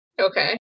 okay